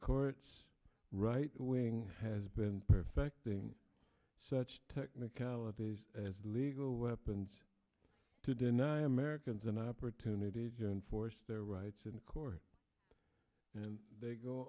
court's right wing has been perfecting such technicalities as the legal weapons to deny americans an opportunity in force their rights in court and they go